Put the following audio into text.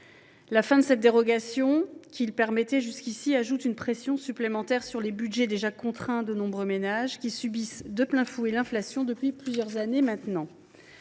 La fin de la dérogation qui le permettait jusqu’ici ajoute une pression supplémentaire sur les budgets déjà contraints de nombreux ménages, qui subissent de plein fouet l’inflation depuis maintenant